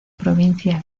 provincia